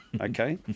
okay